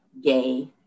gay